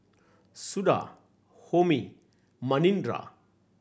Suda Homi Manindra